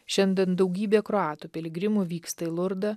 šiandien daugybė kroatų piligrimų vyksta į lurdą